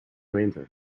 winter